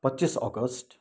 पच्चिस अगस्ट